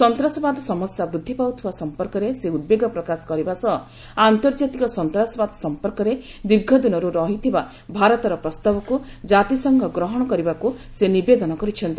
ସନ୍ତାସବାଦ ସମସ୍ୟା ବୃଦ୍ଧି ପାଉଥିବା ସଂପର୍କରେ ସେ ଉଦ୍ବେଗ ପ୍ରକାଶ କରିବା ସହ ଆନ୍ତର୍ଜାତିକ ସନ୍ତାସବାଦ ସଫପର୍କରେ ଦୀର୍ଘଦିନରୁ ରହିଥିବା ଭାରତର ପ୍ରସ୍ତାବକୁ ଜାତିସଂଘ ଗ୍ରହଣ କରିବାକୁ ସେ ନିବେଦନ କରିଛନ୍ତି